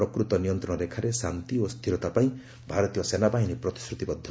ପ୍ରକୃତ ନିୟନ୍ତ୍ରଣ ରେଖାରେ ଶାନ୍ତି ଓ ସ୍ଥିରତା ପାଇଁ ଭାରତୀୟ ସେନାବାହିନୀ ପ୍ରତିଶ୍ରତିବଦ୍ଧ